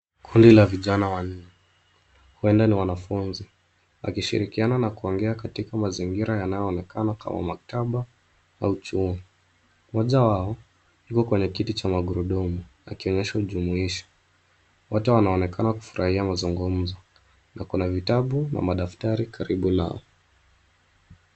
Kundi la vijana wanne huenda ni wanafunzi, wakishirikiana na kuongea katika mazingira yanaonekana kama maktaba au chuo. Mmoja wao yuko kwenye kiti cha magurudumu akionyesha ujumuishi. Wote wanaonekana kufarahia mazungumzo na kuna vitabu na madaftari karibu nao.